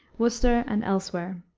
worcester, and elsewhere.